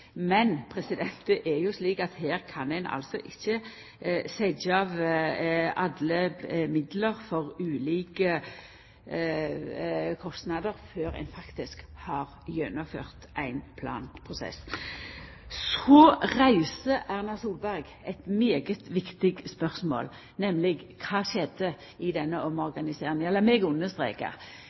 jo slik at her kan ein ikkje setja av alle midlane til ulike kostnader før ein faktisk har gjennomført ein planprosess. Så reiser Erna Solberg eit veldig viktig spørsmål, nemleg: Kva skjedde i denne omorganiseringa? Lat meg